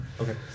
Okay